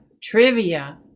Trivia